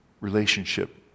relationship